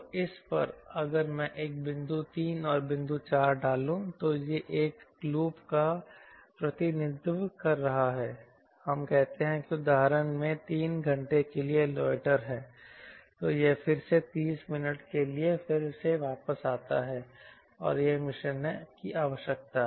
तो इस पर अगर मैं एक बिंदु 3 और बिंदु 4 डालूं तो यह एक लूप का प्रतिनिधित्व कर रहा है हम कहते हैं कि उदाहरण में 3 घंटे के लिए लोटर है तो यह फिर से 30 मिनट के लिए फिर से वापस आता है और यह मिशन है आवश्यकता